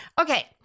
Okay